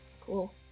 Cool